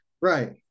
Right